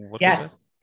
Yes